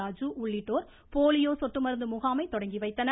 ராஜு உள்ளிட்டோர் போலியோ சொட்டு மருந்து முகாமை தொடங்கி வைத்தனர்